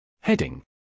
Heading